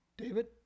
David